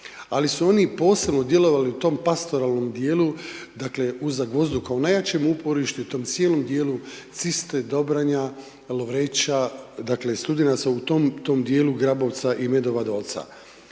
Ali su oni i posebno djelovali u tom pastoralnom djelu dakle u Zagvozdu kao najjačem uporištu i tom cijelom djelu Ciste, Dobranja, Lovreča, dakle .../Govornik se ne razumije./...